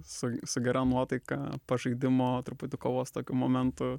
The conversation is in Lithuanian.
su gera nuotaika pažaidimo truputį kovos tokiu momentu